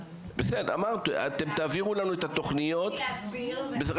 בסדר, אמרת אתם תעבירו לנו את התוכניות, בסדר?